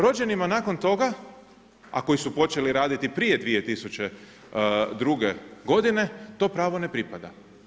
Rođenima nakon toga, ako su počeli raditi prije 2002. godine, to pravo ne pripada.